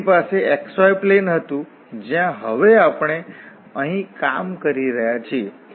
તેથી આપણી પાસે xy પ્લેન હતું જ્યાં હવે આપણે અહીં કામ કરી રહ્યા છીએ